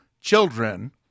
children